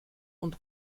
und